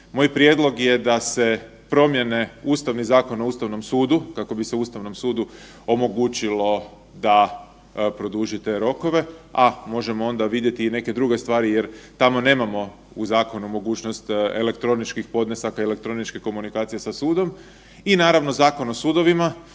moj prijedlog je da se promijene Ustavni zakon na Ustavnom sudu kako bi se Ustavnom sudu omogućilo da produži te rokove, a možemo onda vidjeti i neke druge stvari jer tamo nemamo u zakonu mogućnost elektroničkih podnesaka i elektroničkih komunikacija sa sudom. I naravno Zakon o sudovima